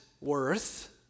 worth